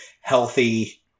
healthy